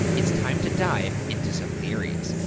it's time to dive into some theories.